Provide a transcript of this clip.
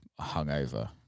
hungover